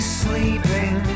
sleeping